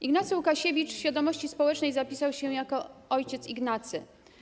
Ignacy Łukasiewicz w świadomości społecznej zapisał się jako ojciec Ignacy.